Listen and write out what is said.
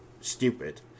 stupid